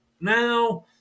Now